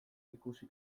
ikusi